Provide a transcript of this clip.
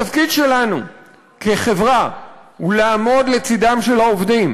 התפקיד שלנו כחברה הוא לעמוד לצדם של העובדים,